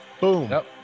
Boom